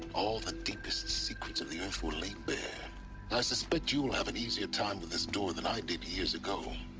all the deepest secrets of the earth were laid bare i suspect you'll have an easier time with this door than i did, years ago